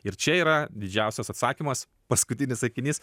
ir čia yra didžiausias atsakymas paskutinis sakinys